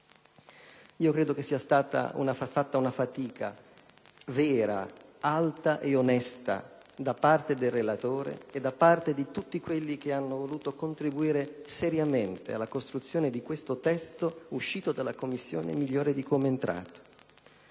Credo che sia stata fatta una fatica vera, alta e onesta da parte del relatore e di tutti coloro che hanno voluto contribuire seriamente alla costruzione di questo testo, uscito dalla Commissione migliore di come è entrato.